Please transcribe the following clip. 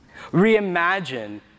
reimagine